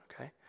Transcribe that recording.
okay